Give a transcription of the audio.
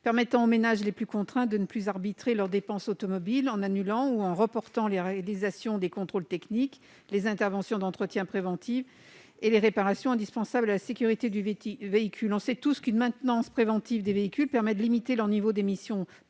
permettrait aux ménages les plus contraints de ne plus arbitrer entre leurs dépenses automobiles, en annulant ou reportant la réalisation de leur contrôle technique, des interventions d'entretien préventif ou des réparations indispensables à la sécurité du véhicule. Nous le savons tous, une maintenance préventive des véhicules permet de limiter leur niveau d'émissions polluantes,